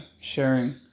sharing